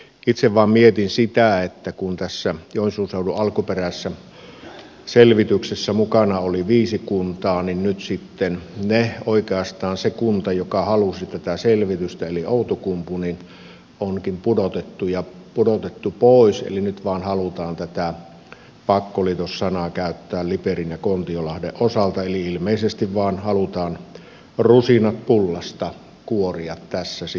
itse vain mietin sitä että kun tässä joensuun seudun alkuperäisessä selvityksessä mukana oli viisi kuntaa niin nyt sitten oikeastaan se kunta joka halusi tätä selvitystä eli outokumpu onkin pudotettu pois eli nyt halutaan tätä pakkoliitos sanaa käyttää vain liperin ja kontiolahden osalta eli ilmeisesti halutaan vain kuoria rusinat pullasta keskuskaupungille